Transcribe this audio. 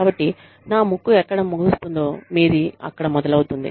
కాబట్టి నా ముక్కు ఎక్కడ ముగుస్తుందో మీది అక్కడ మొదలవుతుంది